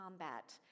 combat